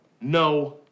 no